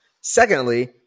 Secondly